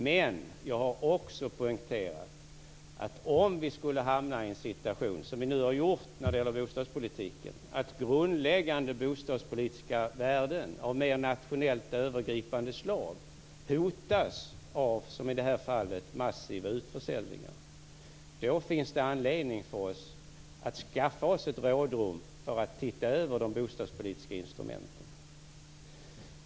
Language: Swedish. Men jag har också poängterat att om vi skulle hamna i en sådan situation som vi nu har gjort när det gäller bostadspolitiken, att grundläggande bostadspolitiska värden av mer nationellt övergripande slag hotas av massiva utförsäljningar, finns det anledning för oss att skaffa oss ett rådrum för att se över de bostadspolitiska instrumenten.